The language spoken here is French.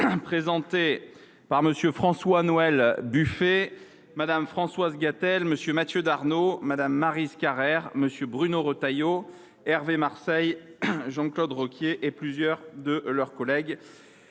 présentée par M. François Noël, Mme Françoise Gatel, M. Mathieu Darnaud, Mme Maryse Carrère, MM. Bruno Retailleau, Hervé Marseille, Jean Claude Requier et plusieurs de leurs collègues